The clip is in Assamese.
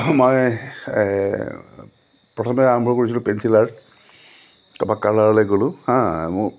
মই প্ৰথমে আৰম্ভ কৰিছিলোঁ পেঞ্চিল আৰ্ট তাৰপৰা কালাৰলৈ গ'লোঁ হা মোৰ